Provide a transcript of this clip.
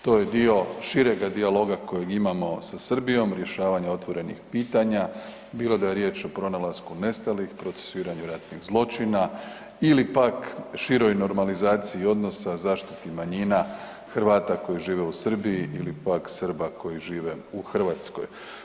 To je dio širega dijaloga kojeg imamo sa Srbijom, rješavanje otvorenih pitanja, bilo da je riječ o pronalasku nestalih, procesuiranju ratnih zločina ili pak široj normalizaciji odnosa, zaštiti manjina, Hrvata koji žive u Srbiji ili pak Srba koji žive u Hrvatskoj.